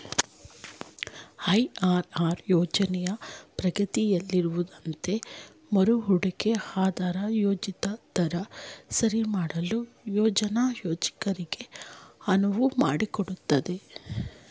IRR ಯೋಜ್ನ ಪ್ರಗತಿಯಲ್ಲಿರುವಂತೆ ಮರುಹೂಡಿಕೆ ಆದಾಯ ಯೋಜಿತ ದರ ಸರಿಮಾಡಲು ಯೋಜ್ನ ಯೋಜಕರಿಗೆ ಅನುವು ಮಾಡಿಕೊಡುತ್ತೆ